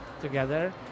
together